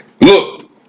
Look